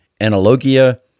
Analogia